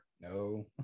no